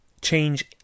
change